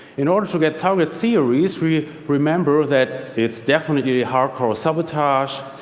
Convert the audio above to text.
in order to get target theories, we remember that it's definitely hardcore sabotage,